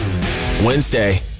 Wednesday